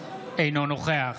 אינו נוכח